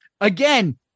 Again